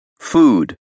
food